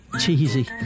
Cheesy